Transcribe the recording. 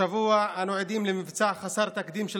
השבוע אנו עדים למבצע חסר תקדים של